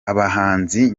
abahanzi